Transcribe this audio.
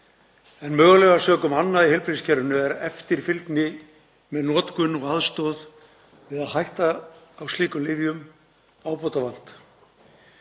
en mögulega sökum anna í heilbrigðiskerfinu er eftirfylgni með notkun og aðstoð við að hætta á slíkum lyfjum ábótavant.